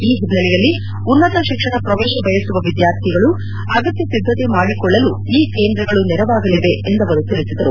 ಈ ಹಿನ್ನೆಲೆಯಲ್ಲಿ ಉನ್ನತ ಶಿಕ್ಷಣ ಪ್ರವೇಶ ಬಯಸುವ ವಿದ್ಯಾರ್ಥಿಗಳು ಅಗತ್ಯ ಸಿದ್ದತೆ ಮಾಡಿಕೊಳ್ಳಲು ಈ ಕೇಂದ್ರಗಳು ನೆರವಾಗಲಿವೆ ಎಂದು ಅವರು ತಿಳಿಸಿದರು